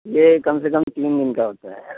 یہ کم سے کم تین دن کا ہوتا ہے